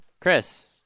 Chris